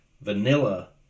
vanilla